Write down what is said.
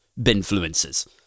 Binfluencers